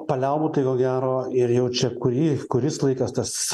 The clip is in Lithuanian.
paliaubų tai ko gero ir jau čia kurį kuris laikas tas